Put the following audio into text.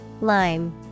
lime